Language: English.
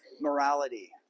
morality